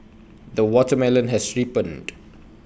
the watermelon has ripened